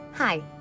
Hi